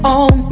on